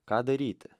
ką daryti